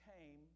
came